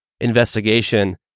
investigation